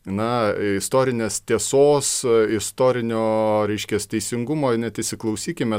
na istorinės tiesos istorinio reiškias teisingumo ir net įsiklausykime